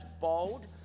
bold